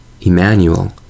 Emmanuel